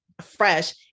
fresh